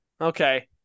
Okay